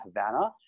Havana